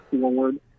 forward